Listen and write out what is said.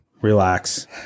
Relax